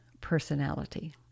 personality